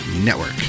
network